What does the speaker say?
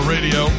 Radio